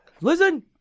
listen